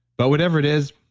but whatever it is,